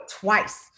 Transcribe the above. twice